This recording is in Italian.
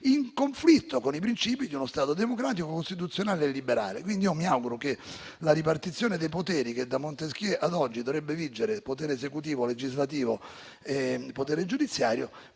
in conflitto con i principi di uno Stato democratico, costituzionale e liberale. Mi auguro che la ripartizione dei poteri, che da Montesquieu ad oggi dovrebbe vigere tra potere esecutivo, legislativo e giudiziario,